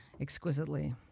exquisitely